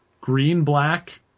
Green-Black